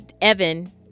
Evan